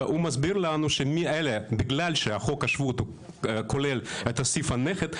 הוא מסביר לנו שבגלל שחוק השבות כולל את סעיף הנכד,